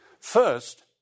First